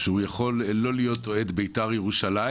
שהוא יכול לא להיות אוהד ביתר ירושלים